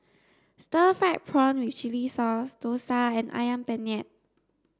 stir fried prawn with chili sauce dosa and ayam penyet